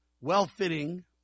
well-fitting